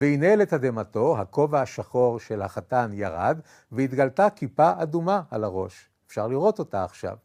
והנה לתדהמתו, הכובע השחור של החתן ירד, והתגלתה כיפה אדומה על הראש. אפשר לראות אותה עכשיו.